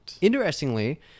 Interestingly